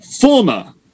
Former